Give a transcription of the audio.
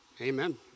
Amen